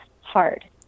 hard